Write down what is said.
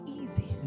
easy